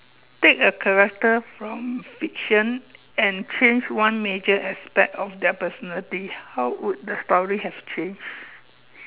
take a character from fiction and change one major aspect of their personality how would the story have changed